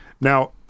Now